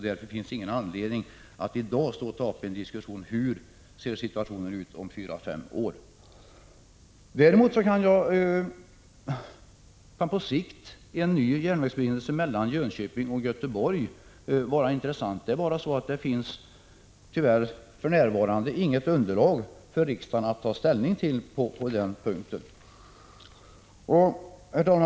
Det finns ingen anledning att i dag ta upp en diskussion om hur situationen kommer att se ut om fyra fem år. Däremot kan en ny järnvägsförbindelse mellan Jönköping och Göteborg på sikt vara intressant. Det är bara så att det inte för närvarande finns något underlag för riksdagen att ta ställning till på den punkten.